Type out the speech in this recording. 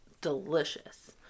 delicious